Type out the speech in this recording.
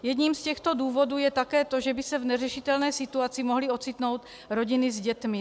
Jedním z těchto důvodů je také to, že by se v neřešitelné situace mohly ocitnout rodiny s dětmi.